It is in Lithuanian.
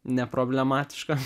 ne problematiška